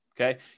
okay